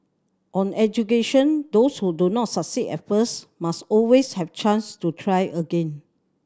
on education those who do not succeed at first must always have chance to try again